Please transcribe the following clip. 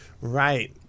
Right